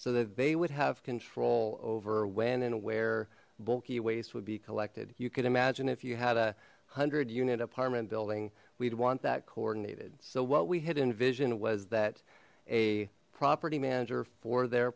so that they would have control over when and where bulky waste would be collected you could imagine if you had a hundred unit apartment building we'd want that coordinated so what we had envisioned was that a property manager for their